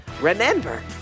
Remember